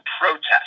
protest